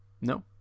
No